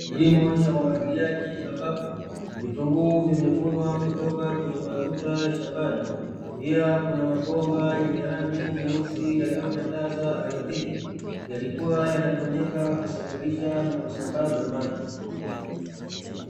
Kilimo cha umwagiliaji ambapo vitunguu vimevunwa kutoka kwenye matuta ya shambani. Pia kuna mabomba yenye rangi nyeusi yaliyotandazwa ardhini, yalikua yanatumika kusafirisha na kusambaza maji.